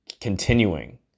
continuing